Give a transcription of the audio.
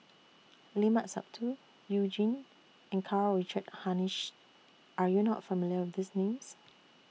Limat Sabtu YOU Jin and Karl Richard Hanitsch Are YOU not familiar with These Names